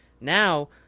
Now